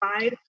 side